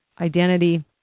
identity